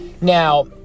Now